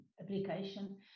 application